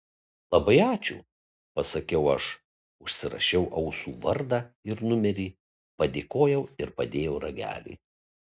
labai ačiū pasakiau aš užsirašiau ausų vardą ir numerį padėkojau ir padėjau ragelį